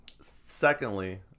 secondly